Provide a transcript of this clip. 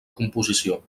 composició